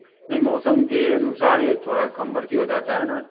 नही मौसम के अनुसार ये थोड़ा कम बढ़ती हो जाता है ना